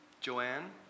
Joanne